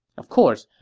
of course,